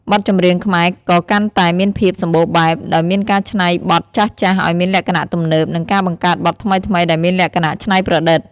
បទចម្រៀងខ្មែរក៏កាន់តែមានភាពសម្បូរបែប ដោយមានការកែច្នៃបទចាស់ៗឱ្យមានលក្ខណៈទំនើប និងការបង្កើតបទថ្មីៗដែលមានលក្ខណៈច្នៃប្រឌិត។